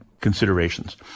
considerations